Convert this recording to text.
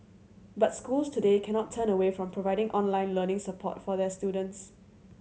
but schools today cannot turn away from providing online learning support for their students